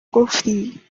گفتی